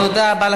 תודה רבה.